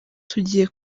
tugiye